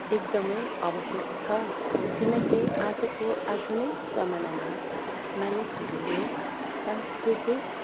एकदमै आवश्यक छ किनकि आजको आधुनिक जमानामा मानिसहरूले सांस्कृतिक